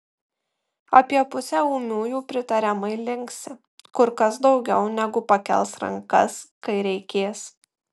apie pusę ūmiųjų pritariamai linksi kur kas daugiau negu pakels rankas kai reikės